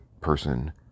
person